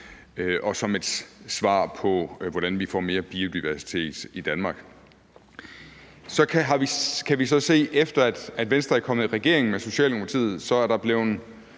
som et svar på, hvordan vi får mere biodiversitet i Danmark. Vi kan så se, at efter Venstre er kommet i regering med Socialdemokratiet, er der blevet